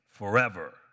forever